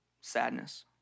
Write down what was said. sadness